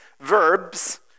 Verbs